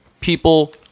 people